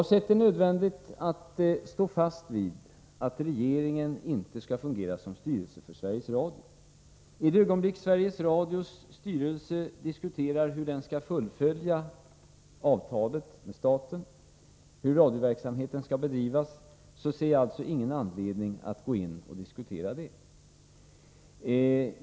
Jag finner nödvändigt att stå fast vid att regeringen inte skall fungera som styrelse för Sveriges Radio. Då Sveriges Radios styrelse diskuterar hur den skall fullfölja avtalet med staten och hur radioverksamheten skall bedrivas ser jag ingen anledning att ta upp den saken.